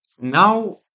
Now